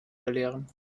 belehren